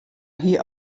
hie